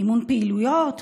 מימון פעילויות,